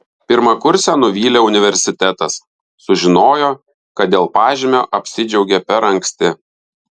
pirmakursę nuvylė universitetas sužinojo kad dėl pažymio apsidžiaugė per anksti